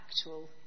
actual